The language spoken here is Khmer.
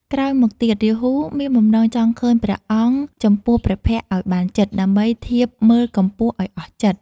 ក្រោយមកទៀត រាហូមានបំណងចង់ឃើញព្រះអង្គចំពោះព្រះភក្ត្រឱ្យបានជិត ដើម្បីធៀបមើលកម្ពស់ឱ្យអស់ចិត្ត។